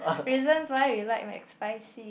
reasons why you like Mcspicy